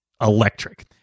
electric